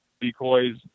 Decoys